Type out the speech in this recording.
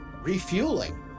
refueling